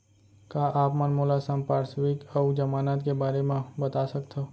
का आप मन मोला संपार्श्र्विक अऊ जमानत के बारे म बता सकथव?